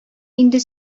инде